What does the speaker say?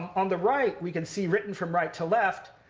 on the right, we can see, written from right to left,